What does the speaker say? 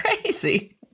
crazy